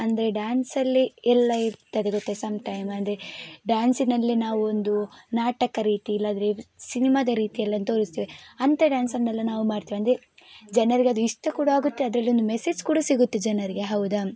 ಅಂದ್ರೆ ಡ್ಯಾನ್ಸಲ್ಲಿ ಎಲ್ಲಾ ಇರ್ತದೆ ಗೊತ್ತಾಯ್ತ ಸಮ್ ಟೈಮ್ ಅಂದ್ರೆ ಡ್ಯಾನ್ಸಿನಲ್ಲಿ ನಾವು ಒಂದು ನಾಟಕ ರೀತಿ ಇಲ್ಲಾದ್ರೆ ಸಿನಿಮಾದ ರೀತಿಯೆಲ್ಲ ತೋರಿಸ್ತೇವೆ ಅಂತ ಡಾನ್ಸನ್ನೆಲ್ಲ ನಾವು ಮಾಡ್ತೇವೆ ಅಂದ್ರೆ ಜನರಿಗೆ ಅದು ಇಷ್ಟ ಕೂಡ ಆಗುತ್ತೆ ಅದ್ರಲ್ಲಿ ಒಂದು ಮೆಸೇಜ್ ಕೂಡ ಸಿಗುತ್ತೆ ಜನರಿಗೆ ಹೌದಾ